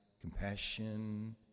compassion